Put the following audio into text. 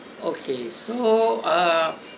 okay so uh